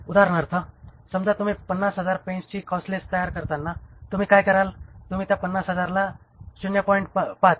उदाहरणार्थ समजा तुम्ही 50000 पेनची कॉस्टशिट तयार करताना तुम्ही काय कराल तुम्ही त्या 50000 ला 0